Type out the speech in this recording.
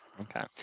Okay